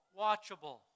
watchable